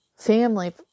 family